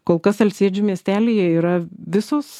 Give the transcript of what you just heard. kol kas alsėdžių miestelyje yra visos